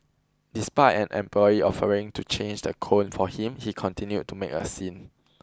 despite an employee offering to change the cone for him he continued to make a scene